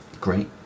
great